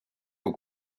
aux